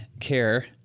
care